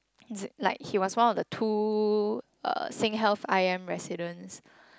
like he was one of the two uh SingHealth I_M residence